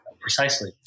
precisely